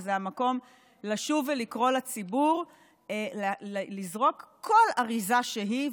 וזה המקום לשוב ולקרוא לציבור לזרוק כל אריזה שהיא,